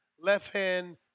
left-hand